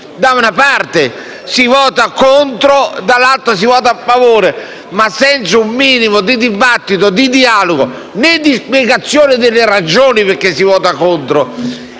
Da una parte si vota contro, dall'altra si vota a favore, ma senza un minimo di dibattito, di dialogo e di spiegazione delle ragioni per cui si vota contro.